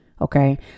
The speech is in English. okay